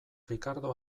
rikardo